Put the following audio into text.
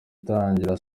itangira